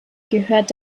gehört